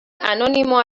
anonimo